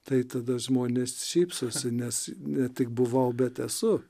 tai tada žmonės šypsosi nes ne tik buvau bet esu